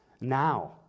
now